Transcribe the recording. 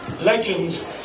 Legends